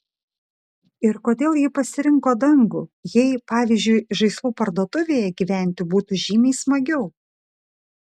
ir kodėl ji pasirinko dangų jei pavyzdžiui žaislų parduotuvėje gyventi būtų žymiai smagiau